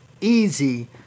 easy